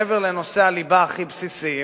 מעבר לנושאי הליבה הכי בסיסיים